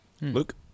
luke